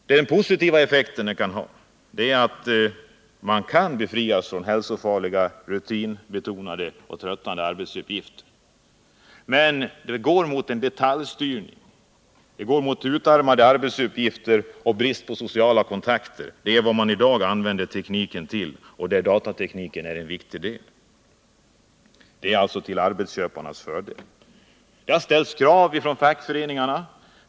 Den positiva effekten av förändringarna är att man kan befrias från hälsofarliga, rutinbetonade och tröttande arbetsuppgifter. Men det gåt mot detaljstyrning, utarmade arbetsuppgifter och brist på sociala kontakter. Det är vad tekniken i dag används till, där datatekniken är en viktig del. Detta är till arbetsköparnas fördel. Det har ställts krav från fackföreningarna.